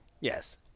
Yes